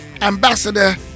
ambassador